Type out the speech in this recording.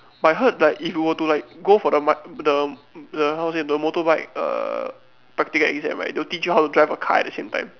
but I heard like if you were to like go for the the the how to say the motorbike err practical exam right they will teach you how to drive a car at the same time